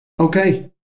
Okay